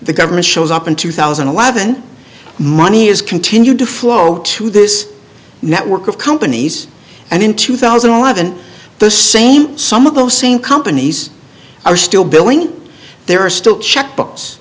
the government shows up in two thousand and eleven money is continued to flow to this network of companies and in two thousand and eleven the same some of those same companies are still billing there are still checkbooks